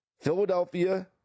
Philadelphia